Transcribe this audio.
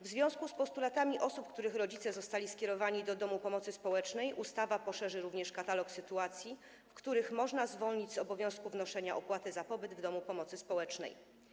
W związku z postulatami osób, których rodzice zostali skierowani do domu pomocy społecznej ustawa poszerzy również katalog sytuacji, w których można zwolnić z obowiązku wnoszenia opłaty za pobyt w domu pomocy społecznej.